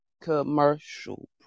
Commercial